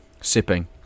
sipping